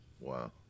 Wow